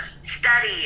study